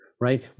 right